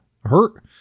hurt